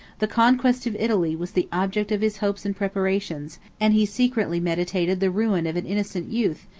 the conquest of italy was the object of his hopes and preparations and he secretly meditated the ruin of an innocent youth,